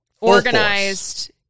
organized